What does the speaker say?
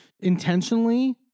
intentionally